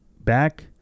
Back